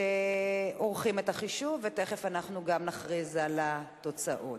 עורכים את החישוב ותיכף גם נכריז על התוצאות.